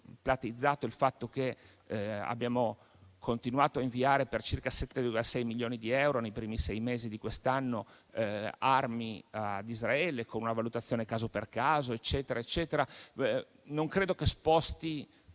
ha reso plateale il fatto che abbiamo continuato a inviare circa 7,6 milioni di euro nei primi sei mesi di quest'anno armi ad Israele, con una valutazione caso per caso, non credo che sposti